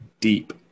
deep